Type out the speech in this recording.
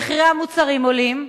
מחירי המוצרים עולים,